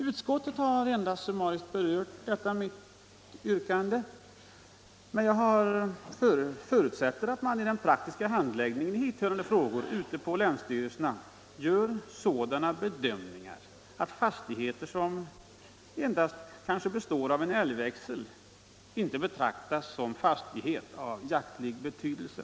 Utskottet har endast summariskt berört detta mitt yrkande, men jag förutsätter dock att man i den praktiska handläggningen av hithörande frågor ute på länsstyrelserna gör sådana bedömningar att fastigheter som kanske, så att säga, endast består av en älgväxel inte kan betraktas som fastighet av jaktlig betydelse.